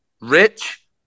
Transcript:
Rich